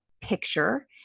picture